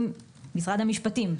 אם משרד המשפטים,